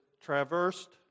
traversed